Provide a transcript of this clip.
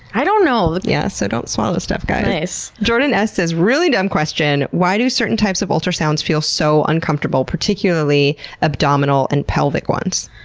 i don't know. yeah, so don't swallow the stuff guys. jordan asks this really dumb question why do certain types of ultrasounds feel so uncomfortable, particularly abdominal and pelvic ones?